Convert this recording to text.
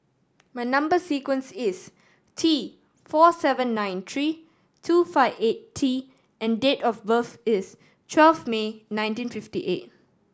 my number sequence is T four seven nine three two five eight T and date of birth is twelve May nineteen fifty eight